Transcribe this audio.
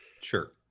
Sure